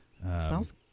smells